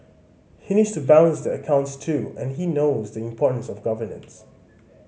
he needs to balance the accounts too and he knows the importance of governance